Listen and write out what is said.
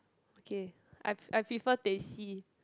ok I pre~ I prefer teh C